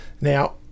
Now